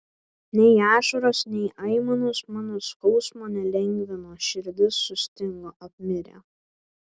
nei ašaros nei aimanos mano skausmo nelengvino širdis sustingo apmirė